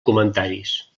comentaris